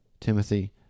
Timothy